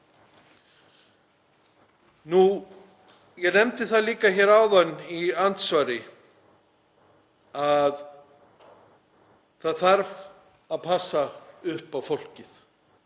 þau. Ég nefndi það líka áðan í andsvari að það þarf að passa upp á fólkið.